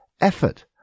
effort